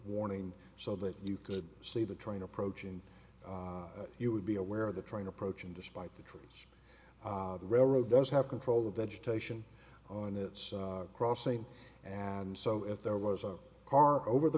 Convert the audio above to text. warning so that you could see the train approaching and you would be aware of the train approaching despite the trees railroad does have control of vegetation on its crossing and so if there was a car over the